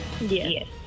Yes